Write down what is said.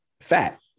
fat